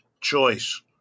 choice